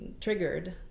triggered